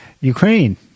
Ukraine